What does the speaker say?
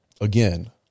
again